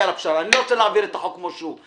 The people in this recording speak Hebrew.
אל תתנו לי להעביר את החוק כמו שהוא.